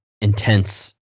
intense